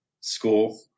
school